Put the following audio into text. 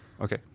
Okay